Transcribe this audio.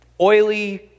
Oily